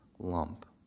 Lump